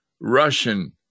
Russian